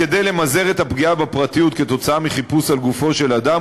כדי למזער את הפגיעה בפרטיות כתוצאה מחיפוש על גופו של אדם,